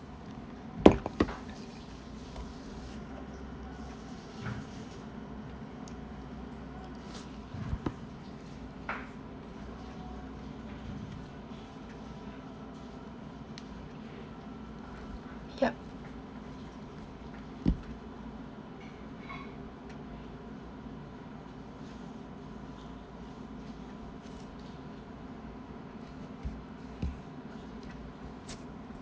yup